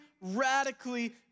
radically